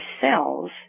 cells